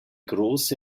große